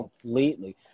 completely